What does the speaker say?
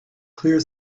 clear